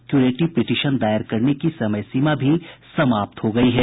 curative petition दायर करने की समय सीमा भी समाप्त हो गयी है